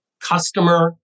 customer